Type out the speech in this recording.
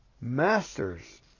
Masters